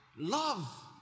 love